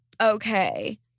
Okay